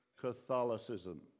Catholicism